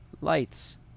lights